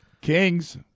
kings